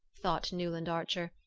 thought newland archer,